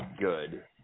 good